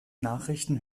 nachrichten